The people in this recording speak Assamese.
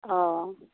অঁ